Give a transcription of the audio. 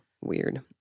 Weird